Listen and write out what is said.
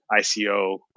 ICO